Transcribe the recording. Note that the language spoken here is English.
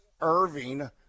Irving